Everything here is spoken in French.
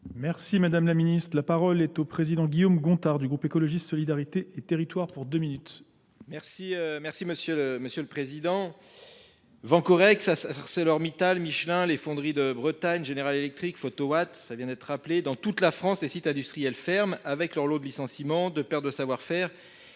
Merci Madame la Ministre. La parole est au président Guillaume Gontard du groupe Ecologistes Solidarité et Territoires pour deux minutes. Merci Monsieur le Président. Vancorex, ArcelorMittal, Michelin, les Fonderies de Bretagne, General Electric, Photowatt, ça vient d'être rappelé. Dans toute la France, les sites industriels ferment avec leur lot de licenciements, de pertes de savoir-faire